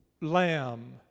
lamb